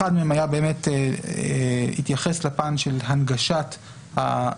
אחד מהם התייחס לפן של הנגשת ההודעות,